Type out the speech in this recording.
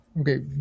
Okay